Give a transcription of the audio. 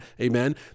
Amen